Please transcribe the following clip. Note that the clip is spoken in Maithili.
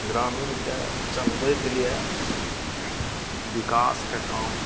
ग्रामीणके चलबैके लिए विकासके काम